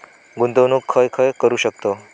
गुंतवणूक खय खय करू शकतव?